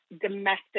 domestic